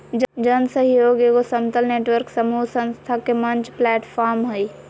जन सहइोग एगो समतल नेटवर्क समूह संस्था के मंच प्लैटफ़ार्म हइ